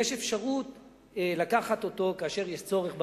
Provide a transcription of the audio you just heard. יש אפשרות לקחת אותו כאשר יש צורך במערכת.